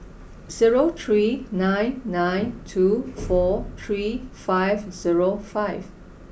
zero three nine nine two four three five zero five